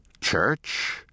Church